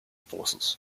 forces